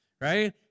Right